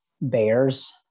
bears